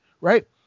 right